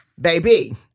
baby